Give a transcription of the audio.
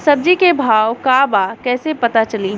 सब्जी के भाव का बा कैसे पता चली?